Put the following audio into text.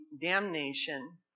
damnation